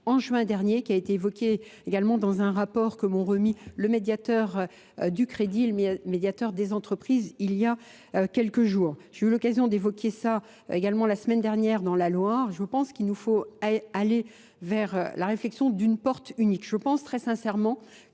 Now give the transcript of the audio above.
en juin dernier, qui a été évoqué également dans un rapport que m'ont remis le médiateur du crédit, le médiateur des entreprises. quelques jours. J'ai eu l'occasion d'évoquer ça également la semaine dernière dans la Loire. Je pense qu'il nous faut aller vers la réflexion d'une porte unique. Je pense très sincèrement